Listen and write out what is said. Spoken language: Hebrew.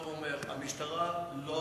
המשטרה לא